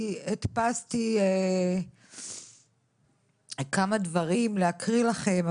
הדפסתי כמה דברים להקריא לכם,